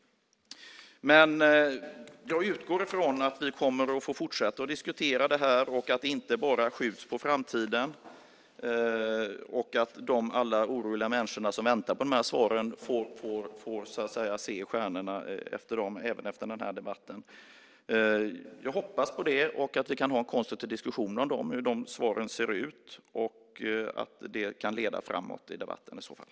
Jag utgår från att vi kommer att få fortsätta diskutera detta och att det inte bara skjuts på framtiden, så att alla de människor som väntar på svar ska slippa att få se i stjärnorna efter dem även efter den här debatten. Jag hoppas på att vi kan ha en konstruktiv diskussion om hur svaren ser ut och att det kan leda framåt i debatten i så fall.